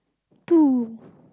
two